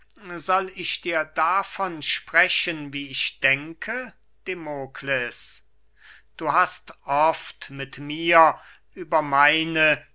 soll ich dir davon sprechen wie ich denke demokles du hast oft mit mir über meine